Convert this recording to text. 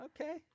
Okay